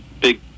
big